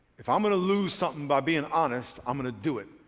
if i'm going to lose something by being honest i'm going to do it.